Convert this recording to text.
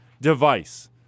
device